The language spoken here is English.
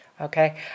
Okay